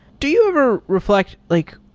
do you ever reflect like,